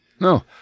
No